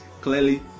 clearly